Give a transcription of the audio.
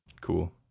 Cool